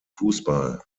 fussball